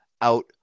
out